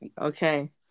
Okay